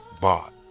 bought